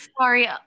sorry